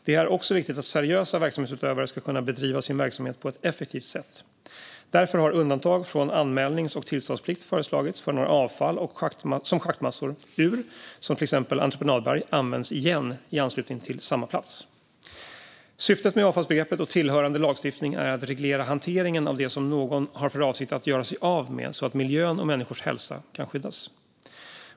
Det är också viktigt att seriösa verksamhetsutövare kan bedriva sin verksamhet på ett effektivt sätt. Därför har undantag från anmälnings och tillståndsplikt föreslagits för när avfall som schaktats ur, som till exempel entreprenadberg, används igen i anslutning till samma plats. Syftet med avfallsbegreppet och tillhörande lagstiftning är att reglera hanteringen av det som någon har för avsikt att göra sig av med så att miljön och människors hälsa kan skyddas.